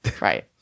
Right